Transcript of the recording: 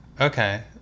okay